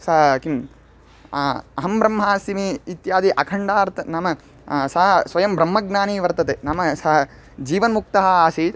सः किम् अहं ब्रह्मास्मि इत्यादि अखण्डार्थः नाम सः स्वयं ब्रह्मज्ञानी वर्तते नाम सा जीवन्मुक्तः आसीत्